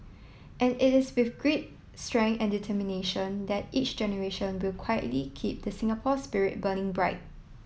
and it is with grit strength and determination that each generation will quietly keep the Singapore spirit burning bright